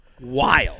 wild